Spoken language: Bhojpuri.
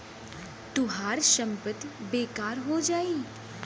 तोहार संपत्ति बेकार हो जाई